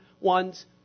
ones